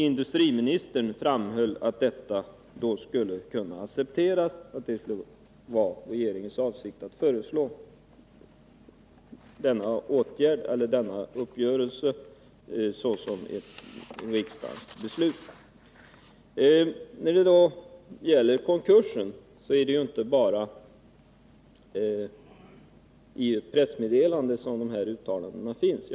Industriministern framhöll att det var regeringens avsikt att föreslå riksdagen att fatta beslut i enlighet med denna uppgörelse. Det är inte bara i pressmeddelandet som uttalanden om konkurs finns.